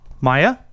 Maya